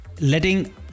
letting